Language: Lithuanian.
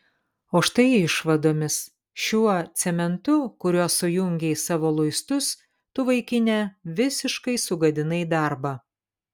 o štai išvadomis šiuo cementu kuriuo sujungei savo luistus tu vaikine visiškai sugadinai darbą